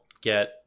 get